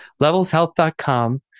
Levelshealth.com